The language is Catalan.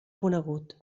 conegut